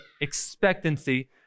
expectancy